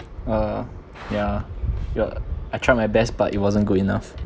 uh yeah ya I tried my best but it wasn't good enough